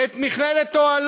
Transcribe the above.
את מכללת "אוהלו",